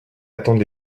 attendre